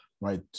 right